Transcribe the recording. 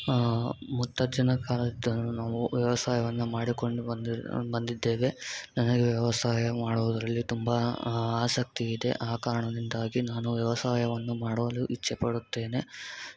ಮುತ್ತಜ್ಜನ ಕಾಲದಿಂದಲೂ ನಾವು ವ್ಯವಸಾಯವನ್ನು ಮಾಡಿಕೊಂಡು ಬಂದಿರ್ ಬಂದಿದ್ದೇವೆ ನನಗೆ ವ್ಯವಸಾಯ ಮಾಡೋದರಲ್ಲಿ ತುಂಬ ಆಸಕ್ತಿ ಇದೆ ಆ ಕಾರಣದಿಂದಾಗಿ ನಾನು ವ್ಯವಸಾಯವನ್ನು ಮಾಡಲು ಇಚ್ಛೆಪಡುತ್ತೇನೆ ತೇನೆ